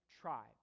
tribe